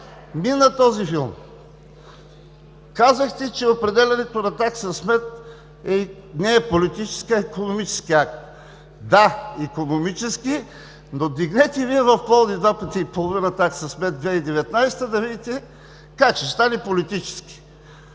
Мина този филм! Казахте, че определянето на такса смет не е политически, а е икономически акт. Да, икономически, но вдигнете Вие в Пловдив два пъти и половина такса смет 2019 г. да видите как ще стане политически!